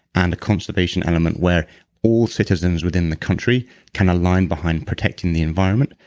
and a conservation element where all citizens within the country can align behind protecting the environment,